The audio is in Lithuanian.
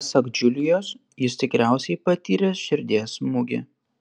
pasak džiulijos jis tikriausiai patyręs širdies smūgį